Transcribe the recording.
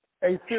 Hey